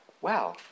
wow